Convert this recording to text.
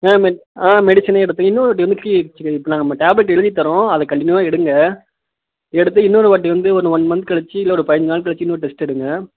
ஆ ஆ மெடிசனே எடுத்து இன்னொரு வாட்டி வந்து இப்போ நம்ம டேப்லெட் எழுதித் தர்றோம் அதை கண்டினியூவாக எடுங்கள் எடுத்து இன்னொருவாட்டி வந்து ஒரு ஒன் மந்த் கழித்து இல்லை ஒரு பதினைஞ்சு நாள் கழித்து இன்னொரு டெஸ்ட் எடுங்கள்